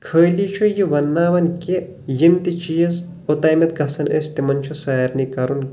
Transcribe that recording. خٲلی چھُ یہِ ونناوان کہِ یِم تہِ چیٖز اوٚتامَتھ گژھان ٲسۍ تِمن چھُ سارنٕے کرُن